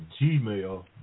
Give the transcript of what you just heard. gmail